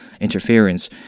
interference